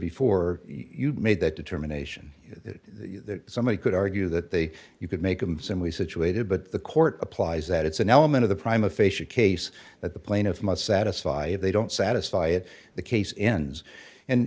before you made that determination that somebody could argue that they you could make them simply situated but the court applies that it's an element of the prime official case that the plaintiff must satisfy if they don't satisfy it the case in and